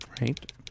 Right